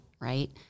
right